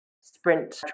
sprint